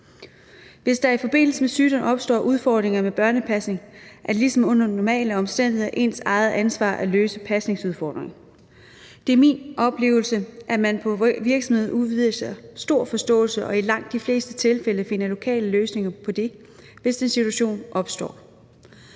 Hvis der i forbindelse med sygdom opstår udfordringer med børnepasning, er det ligesom under normale omstændigheder ens eget ansvar at løse pasningsudfordringerne. Det er min oplevelse, at man i virksomhederne udviser stor forståelse og i langt de fleste tilfælde finder lokale løsninger på det, hvis en situation opstår.